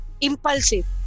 impulsive